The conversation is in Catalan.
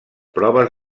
proves